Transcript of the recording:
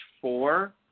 four